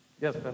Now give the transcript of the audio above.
Yes